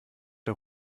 der